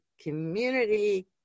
community